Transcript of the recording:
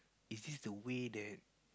is this the way that